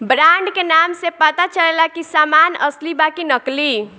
brand के नाम से पता चलेला की सामान असली बा कि नकली